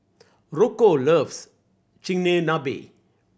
Rocco loves Chigenabe